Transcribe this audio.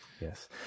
yes